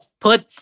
put